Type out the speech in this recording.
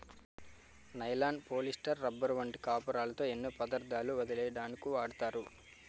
nylon, polyester, rubber వంటి కాపరుతో ఎన్నో పదార్ధాలు వలెయ్యడానికు వాడతారు